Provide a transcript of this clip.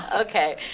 Okay